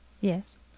Yes